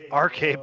rk